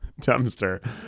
dumpster